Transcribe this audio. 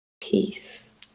peace